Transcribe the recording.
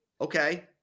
Okay